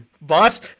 Boss